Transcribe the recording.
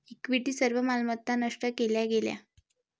equity सर्व मालमत्ता नष्ट केल्या गेल्या